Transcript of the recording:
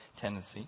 tendency